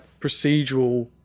procedural